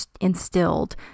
instilled